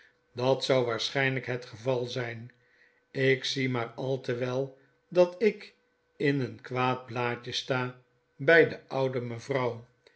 dat zou waarschynlyk het geval zijn ik zie maar al te wel dat ik in een kwaad blaadje sta by de oude mevrouw